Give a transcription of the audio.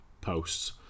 posts